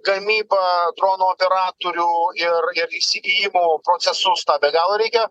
gamybą dronų operatorių ir ir įsigijimo procesus tą be galo reikia